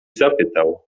zapytał